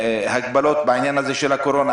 הגבלות בעניין הקורונה,